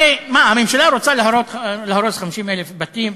הרי מה, הממשלה רוצה להרוס 50,000 בתים?